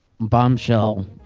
bombshell